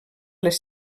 les